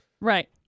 Right